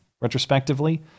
retrospectively